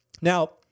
Now